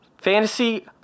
Fantasy